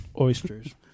Oysters